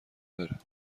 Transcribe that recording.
بره